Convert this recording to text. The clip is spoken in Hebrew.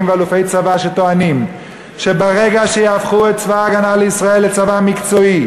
ואלופי צבא שטוענים שברגע שיהפכו את צבא ההגנה לישראל לצבא מקצועי,